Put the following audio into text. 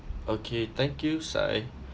okay thank you Si